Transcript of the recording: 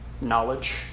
knowledge